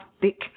thick